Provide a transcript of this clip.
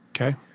Okay